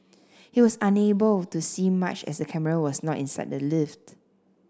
he was unable to see much as the camera was not inside the lift